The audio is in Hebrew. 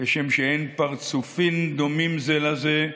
כשם שאין פרצופיהן דומים זה לזה,